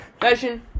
Fashion